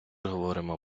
говоримо